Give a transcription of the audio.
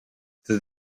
though